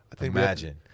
Imagine